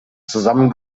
zusammen